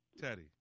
Teddy